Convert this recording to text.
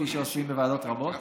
כפי שעושים בוועדות רבות.